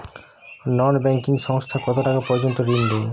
নন banking সংস্থা কতটাকা পর্যন্ত ঋণ দেয়?